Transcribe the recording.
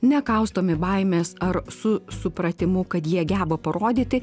nekaustomi baimės ar su supratimu kad jie geba parodyti